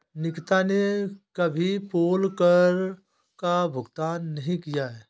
निकिता ने कभी पोल कर का भुगतान नहीं किया है